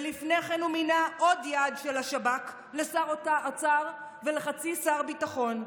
ולפני כן הוא מינה עוד יעד של השב"כ לשר אוצר ולחצי שר ביטחון,